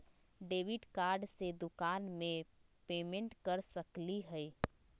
Debit card से दुकान में पेमेंट कर सकली हई?